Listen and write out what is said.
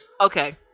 okay